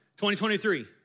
2023